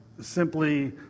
simply